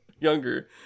younger